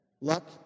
luck